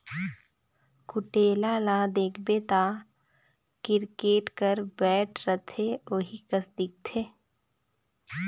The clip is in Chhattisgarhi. कुटेला ल देखबे ता किरकेट कर बैट रहथे ओही कस दिखथे